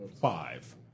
Five